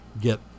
get